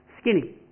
skinny